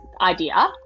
idea